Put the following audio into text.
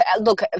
Look